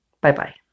Bye-bye